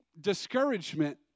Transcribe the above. discouragement